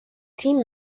team